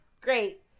Great